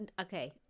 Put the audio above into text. okay